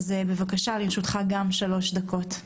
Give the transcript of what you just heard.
בבקשה, לרשותך גם שלוש דקות.